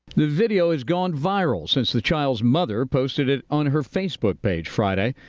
the video has gone viral since the child's mother posted it on her facebook page friday.